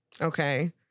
Okay